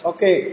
Okay